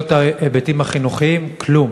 לא את ההיבטים החינוכיים, כלום.